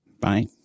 Bye